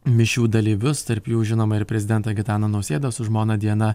mišių dalyvius tarp jų žinoma ir prezidentą gitaną nausėdą su žmona diana